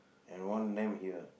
and one lamp here